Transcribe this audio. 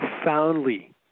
profoundly